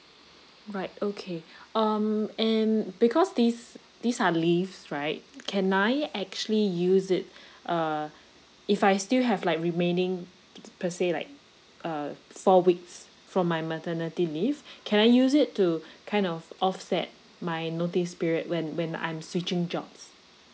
right okay um and because these these are leaves right can I actually use it uh if I still have like remaining per se like uh four weeks from my maternity leave can I use it to kind of offset my notice period when when I'm switching jobs